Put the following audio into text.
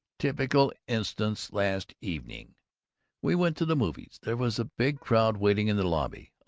typical instance last evening we went to the movies. there was a big crowd waiting in the lobby,